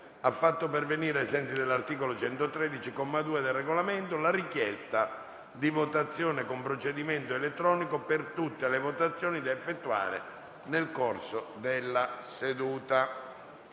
ha fatto pervenire, ai sensi dell'articolo 113, comma 2, del Regolamento, la richiesta di votazione con procedimento elettronico per tutte le votazioni da effettuare nel corso della seduta.